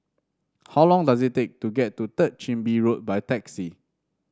how long does it take to get to Third Chin Bee Road by taxi